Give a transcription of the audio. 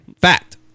fact